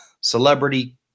celebrity